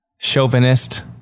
Chauvinist